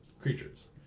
creatures